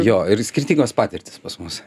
jo ir skirtingos patirtys pas mus